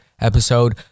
Episode